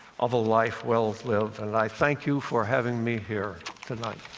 of a life well lived. and i thank you for having me here tonight.